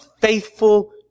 faithful